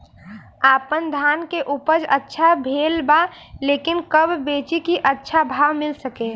आपनधान के उपज अच्छा भेल बा लेकिन कब बेची कि अच्छा भाव मिल सके?